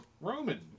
Roman